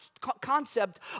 concept